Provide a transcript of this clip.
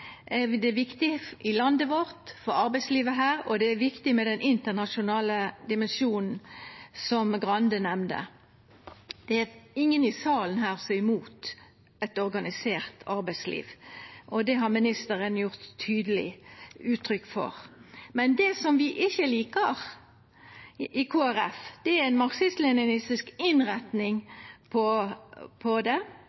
Det er viktig i landet vårt, for arbeidslivet her, og det er viktig med den internasjonale dimensjonen, som Grande nemnde. Det er ingen i salen her som er imot eit organisert arbeidsliv, og det har òg ministeren gjeve tydeleg uttrykk for. Men det som vi i Kristeleg Folkeparti ikkje likar, er ei marxistisk-leninistisk innretning på det,